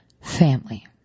family